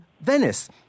Venice